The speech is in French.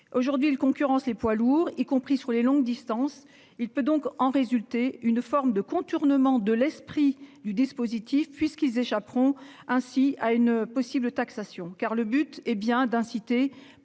aujourd'hui il concurrence les poids lourds y compris sur les longues distances, il peut donc en résulter une forme de contournement de l'esprit du dispositif puisqu'ils échapperont ainsi à une possible taxation car le but est bien d'inciter